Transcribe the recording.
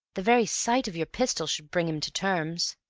the very sight of your pistol should bring him to terms.